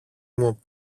μου